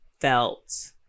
felt